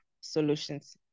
solutions